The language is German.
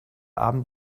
abend